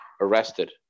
arrested